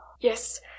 Yes